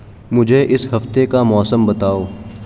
مجھے اس ہفتے کا موسم بتاؤ